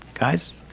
Guys